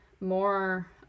more